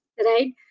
right